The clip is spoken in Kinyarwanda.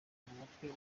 mutwe